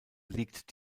liegt